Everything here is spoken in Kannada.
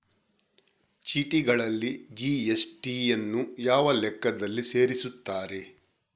ಚೀಟಿಗಳಲ್ಲಿ ಜಿ.ಎಸ್.ಟಿ ಯನ್ನು ಯಾವ ಲೆಕ್ಕದಲ್ಲಿ ಸೇರಿಸುತ್ತಾರೆ?